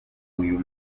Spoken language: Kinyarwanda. uyu